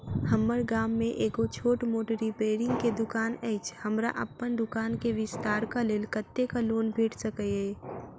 हम्मर गाम मे एगो छोट मोट रिपेयरिंग केँ दुकान अछि, हमरा अप्पन दुकान केँ विस्तार कऽ लेल कत्तेक लोन भेट सकइय?